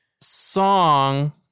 song